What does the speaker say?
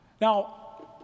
Now